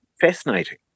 fascinating